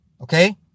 Okay